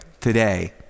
today